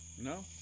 No